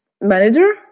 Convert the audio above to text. manager